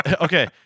okay